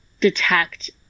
detect